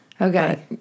Okay